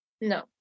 No